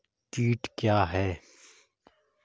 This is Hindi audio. कीट क्या है?